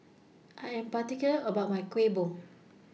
I Am particular about My Kueh Bom